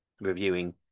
reviewing